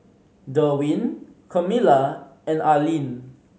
Derwin Camila and Arlene